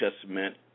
Testament